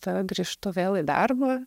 tada grįžtu vėl į darbą